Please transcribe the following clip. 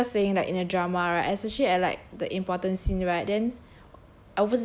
especially at like just saying that in a drama right especially at like the important scene right then